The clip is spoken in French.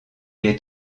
est